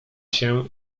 się